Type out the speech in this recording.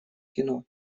кино